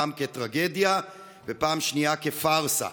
פעם כטרגדיה ופעם שנייה כפארסה.